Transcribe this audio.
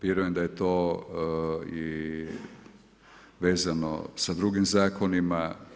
Vjerujem da je to i vezano sa drugim zakonima.